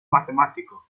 matemáticos